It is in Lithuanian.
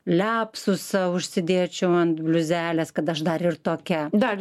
liapsusą užsidėčiau ant bliuzelės kad aš dar ir tokia dar